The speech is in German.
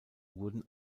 wurden